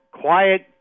quiet